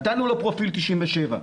נתנו לו פרופיל 97,